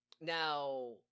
now